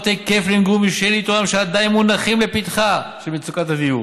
היקף למגורים שעדיין מונחות לפתחה בשל מצוקת הדיור.